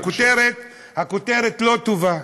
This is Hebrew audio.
הכותרת לא טובה.